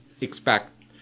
expect